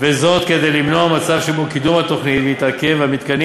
וזאת כדי למנוע מצב שבו קידום התוכנית מתעכב והמתקנים